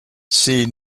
see